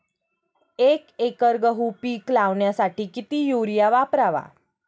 एक एकर गहू पीक लावण्यासाठी किती युरिया वापरावा?